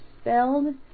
spelled